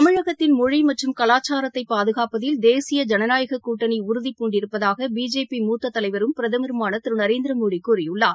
தமிழகத்தின் மொழி மற்றும் கலாச்சாரத்தை பாதுகாப்பதில் தேசிய ஜனநாயக கூட்டணி உறுதிபூண்டிருப்பதாக் பிஜேபி மூத்த தலைவரும் பிரதமருமான திரு நரேந்திர மோடி கூறியுள்ளார்